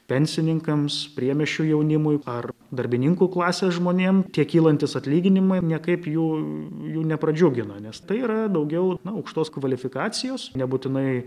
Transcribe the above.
pensininkams priemiesčių jaunimui ar darbininkų klasės žmonėm tie kylantys atlyginimai niekaip jų jų nepradžiugina nes tai yra daugiau aukštos kvalifikacijos nebūtinai